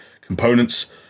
components